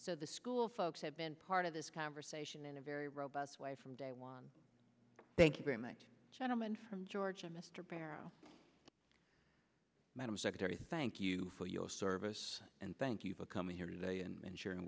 so the school folks have been part of this conversation in a very robust way from day one thank you very much gentleman from georgia mr barrow madam secretary thank you for your service and thank you for coming here today and sharing